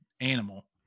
animal